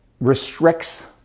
restricts